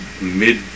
mid